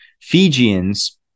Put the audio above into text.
Fijians